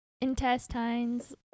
intestines